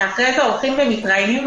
שאחרי זה הולכים ומתראיינים,